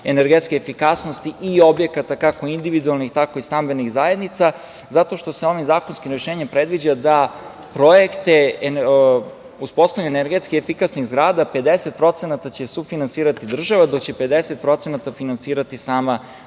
energetske efikasnosti i objekata, kako individualnih, tako i stambenih zajednica, zato što se ovim zakonskim rešenjem predviđa da uspostavljanje energetski efikasnih zgrada 50% će sufinansirati država, dok će 50% finansirati sama